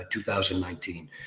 2019